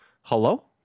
hello